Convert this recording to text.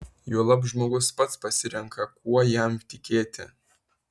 juolab žmogus pats pasirenka kuo jam tikėti